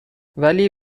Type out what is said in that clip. ولی